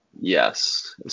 Yes